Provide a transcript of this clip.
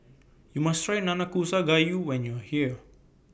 YOU must Try Nanakusa Gayu when YOU Are here